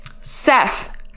Seth